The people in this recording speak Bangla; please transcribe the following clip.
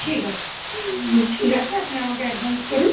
ঠিক আছে ঠিক আছে আপনি আমাকে অ্যাডভান্স করুন